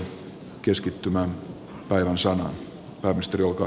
arvoisa herra puhemies